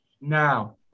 now